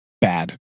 bad